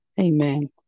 Amen